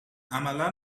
عملا